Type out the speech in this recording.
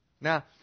Now